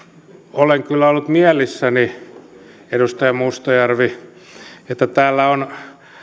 olen kyllä ollut mielissäni edustaja mustajärvi että täällä on